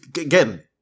again